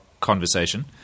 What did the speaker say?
conversation